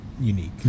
unique